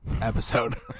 episode